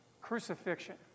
crucifixion